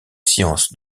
sciences